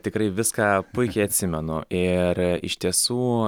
tikrai viską puikiai atsimenu ir iš tiesų